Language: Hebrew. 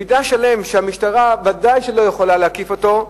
מידע שלם שהמשטרה ודאי לא יכולה להקיף אותו.